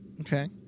okay